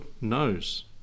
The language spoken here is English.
knows